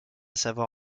savoir